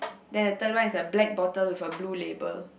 then the third one is a black bottle with a blue label